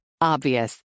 Obvious